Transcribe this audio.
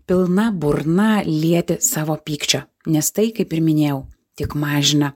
pilna burna lieti savo pykčio nes tai kaip ir minėjau tik mažina